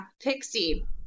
Pixie